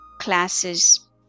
classes